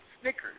Snickers